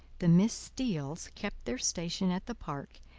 the miss steeles kept their station at the park,